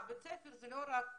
בית הספר זה לא רק לימודים,